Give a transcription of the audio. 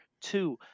two